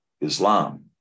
Islam